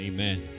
Amen